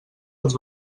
als